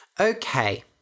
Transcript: Okay